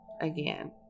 again